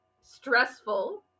stressful